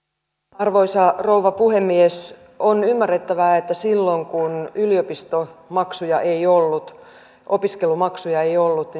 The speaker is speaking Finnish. arvoisa rouva puhemies on ymmärrettävää että silloin kun yliopistomaksuja opiskelumaksuja ei ollut